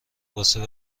واسه